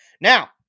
Now